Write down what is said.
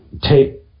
tape